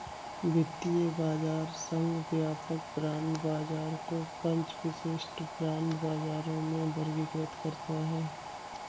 वित्तीय बाजार संघ व्यापक बांड बाजार को पांच विशिष्ट बांड बाजारों में वर्गीकृत करता है